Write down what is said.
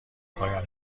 پایان